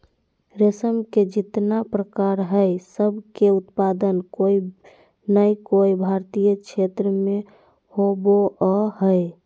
रेशम के जितना प्रकार हई, सब के उत्पादन कोय नै कोय भारतीय क्षेत्र मे होवअ हई